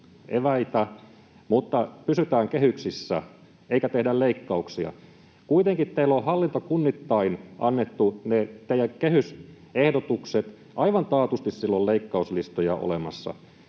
mutta pysytään kehyksissä eikä tehdä leikkauksia. Kuitenkin teillä on hallintokunnittain annettu ne teidän kehysehdotuksenne. Aivan taatusti siellä on leikkauslistoja olemassa,